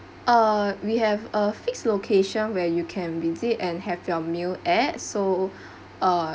uh we have a fixed location where you can visit and have your meal at so uh